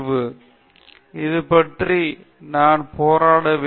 பக்தி படேல் இல்லை நான் இன்னும் போராடுகிறேன்